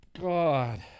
God